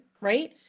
right